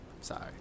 Sorry